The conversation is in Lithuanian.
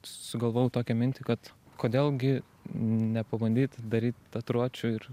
sugalvojau tokią mintį kad kodėl gi nepabandyt daryt tatuiruočių ir